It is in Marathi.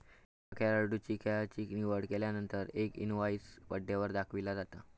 एका खेळाडूं खेळाची निवड केल्यानंतर एक इनवाईस पडद्यावर दाखविला जाता